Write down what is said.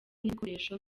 n’ibikoresho